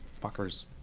fuckers